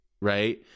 Right